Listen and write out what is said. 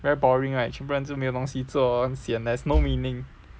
very boring right 全部人就没有东西做很 sian there's no meaning